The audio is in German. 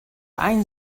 einen